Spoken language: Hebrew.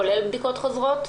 כולל בדיקות חוזרות?